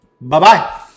Bye-bye